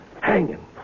Hanging